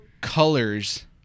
colors